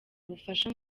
ubufasha